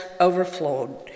overflowed